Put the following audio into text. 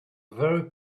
very